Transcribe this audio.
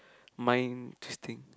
mind twisting